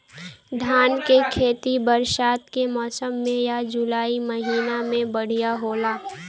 धान के खेती बरसात के मौसम या जुलाई महीना में बढ़ियां होला?